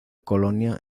colonia